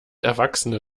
erwachsene